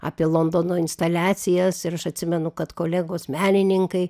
apie londono instaliacijas ir aš atsimenu kad kolegos menininkai